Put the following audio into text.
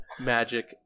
Magic